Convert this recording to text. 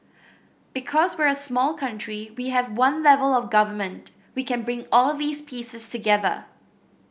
because we're a small country we have one level of Government we can bring all these pieces together